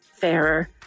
fairer